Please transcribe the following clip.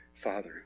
Father